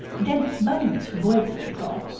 dense bones for buoyancy control,